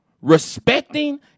respecting